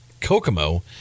Kokomo